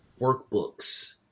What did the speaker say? workbooks